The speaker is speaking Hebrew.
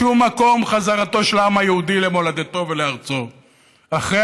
שהוא מקום חזרתו של העם היהודי למולדתו ולארצו אחרי